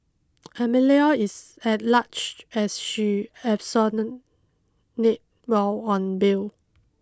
Amelia is at large as she absconded while on bail